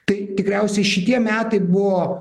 tai tikriausiai šitie metai buvo